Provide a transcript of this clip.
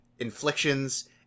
inflictions